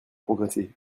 progresser